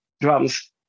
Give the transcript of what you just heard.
drums